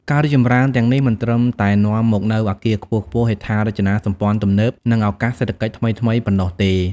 ការរីកចម្រើនទាំងនេះ មិនត្រឹមតែនាំមកនូវអគារខ្ពស់ៗ ហេដ្ឋារចនាសម្ព័ន្ធទំនើប និងឱកាសសេដ្ឋកិច្ចថ្មីៗប៉ុណ្ណោះទេ។